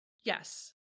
yes